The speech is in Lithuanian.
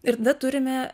ir tada turime